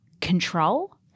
control